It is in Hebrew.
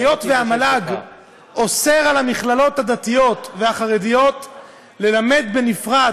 היות שהמל"ג אוסרת על המכללות הדתיות והחרדיות ללמד בנפרד,